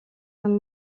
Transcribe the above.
han